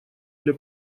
для